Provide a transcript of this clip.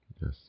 Yes